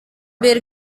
bir